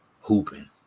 Hooping